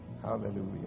Hallelujah